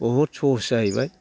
बहुत सहज जाहैबाय